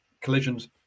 collisions